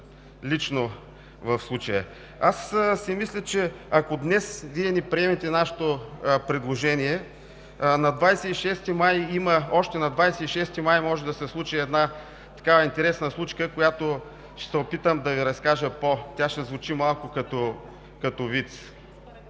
лично в случая?! Аз мисля, че ако днес Вие не приемете нашето предложение, още на 26 май може да се случи една такава интересна случка, която ще се опитам да Ви разкажа, тя ще звучи като виц.